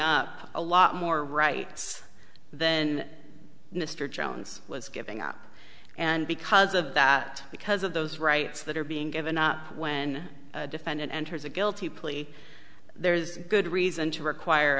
up a lot more rights then mr jones was giving up and because of that because of those rights that are being given when a defendant enters a guilty plea there's good reason to require